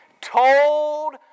told